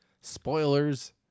Spoilers